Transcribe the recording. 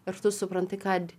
ir tu supranti kad